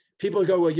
people go, well,